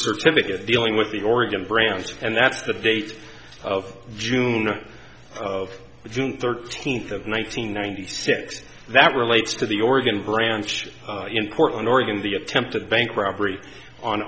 certificate dealing with the oregon branch and that's the date of june of june thirteenth of one nine hundred ninety six that relates to the oregon branch in portland oregon the attempted bank robbery on